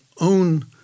own